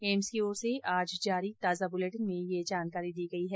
AIIMS की ओर से आज जारी ताजा बुलेटिन में यह जानकारी दी गई है